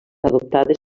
adoptades